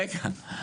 רגע,